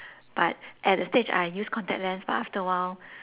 but at a stage I use contact lens but after a while